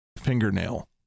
fingernail